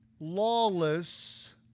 lawless